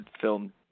film